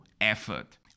effort